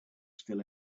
still